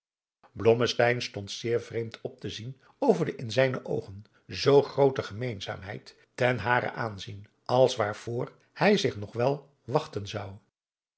stond zeer vreemd op te zien over de in zijne oogen zoo groote gemeenzaamheid ten haren aanzien als waar voor hij zich nog wel wachten zon